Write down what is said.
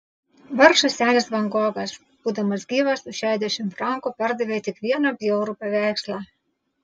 vargšas senis van gogas būdamas gyvas už šešiasdešimt frankų pardavė tik vieną bjaurų paveikslą